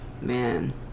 Man